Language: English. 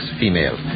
female